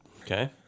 Okay